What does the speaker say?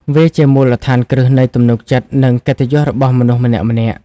វាជាមូលដ្ឋានគ្រឹះនៃទំនុកចិត្ត និងកិត្តិយសរបស់មនុស្សម្នាក់ៗ។